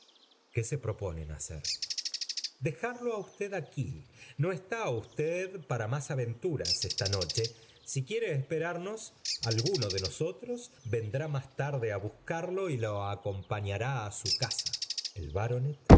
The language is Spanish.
qué se proponen hacer dejarlo á usted aquí no está usted para rná aventuras esta noche si quiere esperarnos alguno de nosotros vendrá más tarde á buscarlo y lo acompañará á su casa el baronet